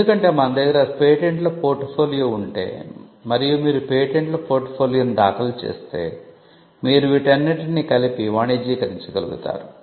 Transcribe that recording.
ఎందుకంటే మన దగ్గర పేటెంట్ల పోర్ట్ ఫోలియో ఉంటే మరియు మీరు పేటెంట్ల పోర్ట్ ఫోలియోను దాఖలు చేస్తే మీరు వీటన్నింటిని కలిపి వానిజ్యీకరించగలుగుతారు